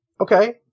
Okay